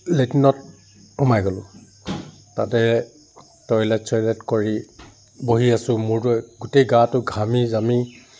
লেট্ৰিনত সোমাই গ'লোঁ তাতে টয়লেট চয়লেট কৰি বহি আছোঁ মূৰটো গোটেই গাটো ঘামি জামি